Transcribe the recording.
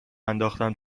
انداختم